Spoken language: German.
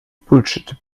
bullshit